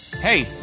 hey